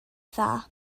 dda